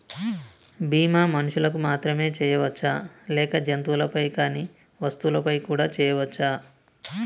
బీమా మనుషులకు మాత్రమే చెయ్యవచ్చా లేక జంతువులపై కానీ వస్తువులపై కూడా చేయ వచ్చా?